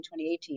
2018